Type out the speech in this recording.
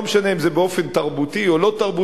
לא משנה אם זה באופן תרבותי או לא תרבותי,